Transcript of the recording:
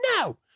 no